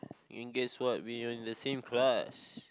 and guess what we were in the same class